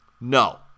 No